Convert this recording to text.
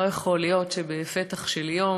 לא יכול להיות שבפתח של יום,